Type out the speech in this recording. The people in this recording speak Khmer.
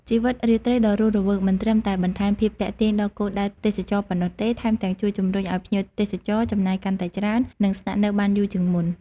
ជីវិតរាត្រីដ៏រស់រវើកមិនត្រឹមតែបន្ថែមភាពទាក់ទាញដល់គោលដៅទេសចរណ៍ប៉ុណ្ណោះទេ ថែមទាំងជួយជំរុញឱ្យភ្ញៀវទេសចរចំណាយកាន់តែច្រើន និងស្នាក់នៅបានយូរជាងមុន។